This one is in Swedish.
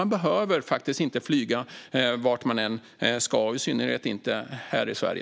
Man behöver faktiskt inte flyga vart man än ska, i synnerhet inte här i Sverige.